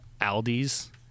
Aldi's